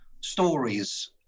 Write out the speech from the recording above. stories